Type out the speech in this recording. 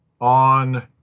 on